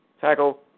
tackle